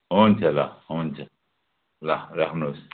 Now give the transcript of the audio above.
हु्न्छ ल हुन्छ ल राख्नुहोस्